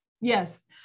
Yes